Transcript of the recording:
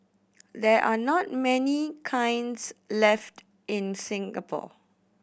there are not many kilns left in Singapore